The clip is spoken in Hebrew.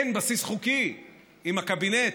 אין בסיס חוקי אם הקבינט